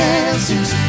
answers